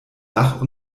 lach